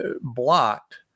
blocked